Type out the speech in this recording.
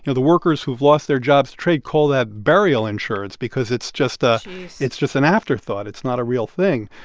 you know the workers who've lost their jobs trades call that burial insurance because it's just a. jeez it's just an afterthought. it's not a real thing.